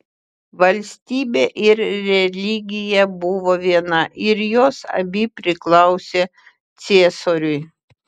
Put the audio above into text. valstybė ir religija buvo viena ir jos abi priklausė ciesoriui